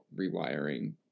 rewiring